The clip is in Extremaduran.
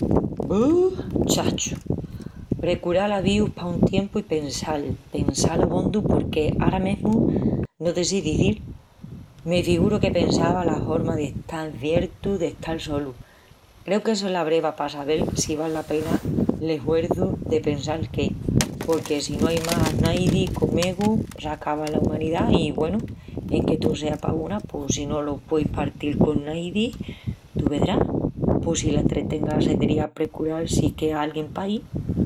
Bu, chacho, precural avíus pa un tiempu i pensal, pensal abondu porque ara mesmu no te sé d’izil. Me figuru que pensava la horma d'estal ciertu d'estal solu. Creu qu'essa es la breva pa sabel si val la pena l'eshuerçu de pensal qué. Porque si no ai más naidi comegu s'acaba la umanidá i, güenu, enque tó sea pa una, pos si no lo pueis partil con naidi, tu vedrás... pos si la entretenga sedría precural si quea alguién paí.